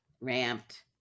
ramped